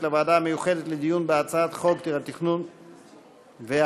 לוועדה המיוחדת לדיון בהצעת חוק התכנון והבנייה